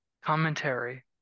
commentary